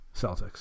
Celtics